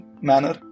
manner